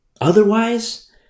otherwise